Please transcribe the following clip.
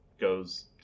goes